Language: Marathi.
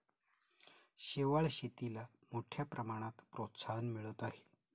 शेवाळ शेतीला मोठ्या प्रमाणात प्रोत्साहन मिळत आहे